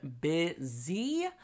busy